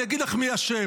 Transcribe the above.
אני אגיד לך מי אשם,